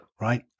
right